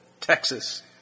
Texas